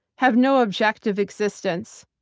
have no objective existence,